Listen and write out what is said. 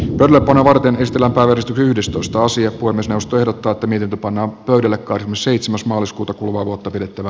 törmätä varten etelä varasti pyydystusta asia kuin osto ja päättäminen tapana on todella kauden seitsemäs maaliskuuta kuluvaa vuotta pidettävä